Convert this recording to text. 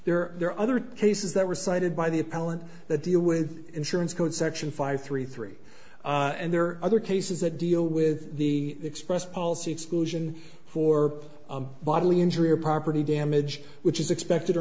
there are other cases that were cited by the appellant that deal with insurance code section five three three and there are other cases that deal with the express policy exclusion for bodily injury or property damage which is expected or